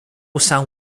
sound